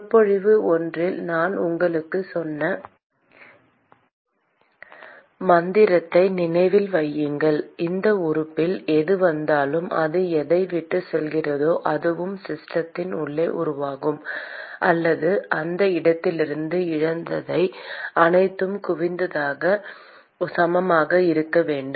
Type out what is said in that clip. சொற்பொழிவு ஒன்றில் நான் உங்களுக்குச் சொன்ன மந்திரத்தை நினைவில் வையுங்கள் இந்த உறுப்பில் எது வந்தாலும் அது எதை விட்டுச் செல்கிறதோ அதுவும் சிஸ்டத்தின் உள்ளே உருவாகும் அல்லது அந்த இடத்திலிருந்து இழந்தவை அனைத்தும் குவிவதற்குச் சமமாக இருக்க வேண்டும்